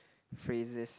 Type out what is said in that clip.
phrases